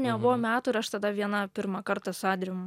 nebuvo metų ir aš tada viena pirmą kartą su andrijum